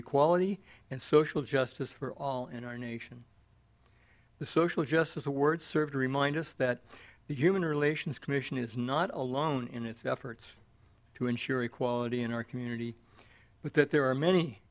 equality and social justice for all in our nation the social justice the word serve to remind us that the human relations commission is not alone in its efforts to ensure equality in our community but that there are many